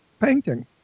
painting